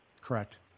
Correct